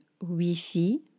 Wi-Fi